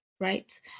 right